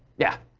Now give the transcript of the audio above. yeah?